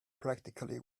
practically